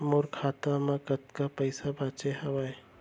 मोर खाता मा कतका पइसा बांचे हवय?